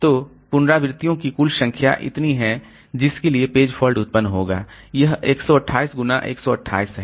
तो पुनरावृत्तियों की कुल संख्या इतनी है जिसके लिए पेज फॉल्ट उत्पन्न होगा यह 128 गुणा 128 है